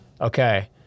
Okay